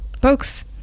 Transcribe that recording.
books